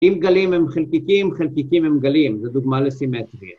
אם גלים הם חלקיקים, חלקיקים הם גלים. זה דוגמה לסימטריה.